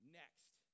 next